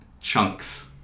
chunks